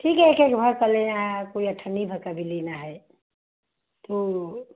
ठीक है एक एक भर का है कोई अठन्नी भर का भी लेना है तो